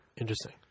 Interesting